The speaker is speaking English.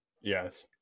yes